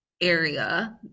area